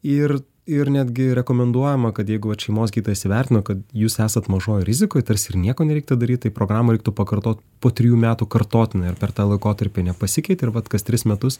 ir ir netgi rekomenduojama kad jeigu vat šeimos gydytojas įvertino kad jūs esat mažoj rizikoj tarsi ir nieko nereiktų daryt tai programą reiktų pakartot po trijų metų kartotinai ar per tą laikotarpį nepasikeitė ir vat kas tris metus